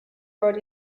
rode